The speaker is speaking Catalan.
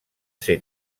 ser